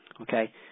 Okay